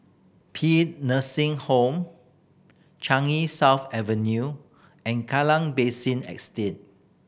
Paean Nursing Home Changi South Avenue and Kallang Basin Estate